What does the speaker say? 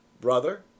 Brother